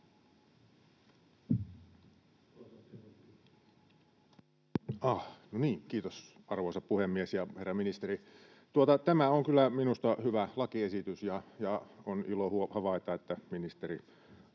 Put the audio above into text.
kiitos, arvoisa puhemies! Herra ministeri, tämä on kyllä minusta hyvä lakiesitys, ja on ilo havaita, että ministeri